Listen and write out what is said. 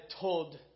told